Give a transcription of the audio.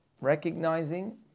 recognizing